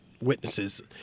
witnesses